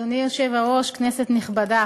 אדוני היושב-ראש, כנסת נכבדה,